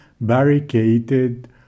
barricaded